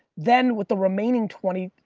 then with the remaining twenty,